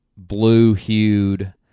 Blue-hued